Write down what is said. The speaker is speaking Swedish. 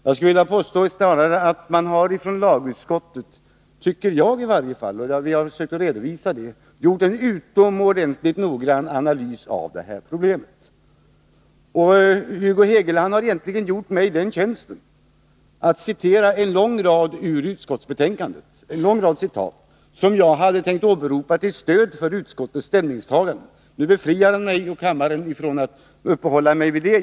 Jag skulle vilja påstå att lagutskottet, vilket vi också har försökt redovisa, har gjort en utomordentligt noggrann analys av detta problem. Hugo Hegeland har egentligen gjort mig en tjänst genom att återge en lång rad citat ur utskottsbetänkandet som jag hade tänkt åberopa till stöd för utskottets ställningstagande. Nu befriar han mig från att uppehålla mig vid dem.